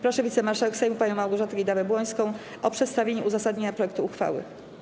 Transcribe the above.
Proszę wicemarszałek Sejmu panią Małgorzatę Kidawa-Błońską o przedstawienie uzasadnienia projektu uchwały.